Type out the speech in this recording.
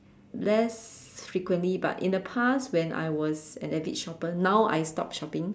less frequently but in the past when I was an avid shopper now I stopped shopping